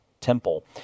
temple